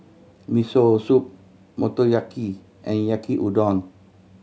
Miso Soup Motoyaki and Yaki Udon